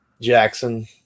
Jackson